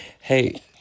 Hey